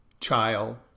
child